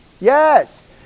Yes